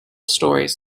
stories